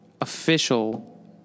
official